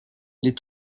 les